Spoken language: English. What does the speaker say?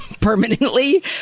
permanently